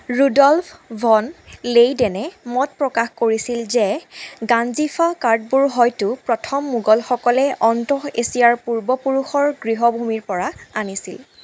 Rudolf von লেইডেনে মত প্ৰকাশ কৰিছিল যে গাঞ্জিফা কাৰ্ডবোৰ হয়তো প্ৰথম মোগলসকলে অন্তঃএছিয়াৰ পূৰ্বপুৰুষৰ গৃহভূমিৰ পৰা আনিছিল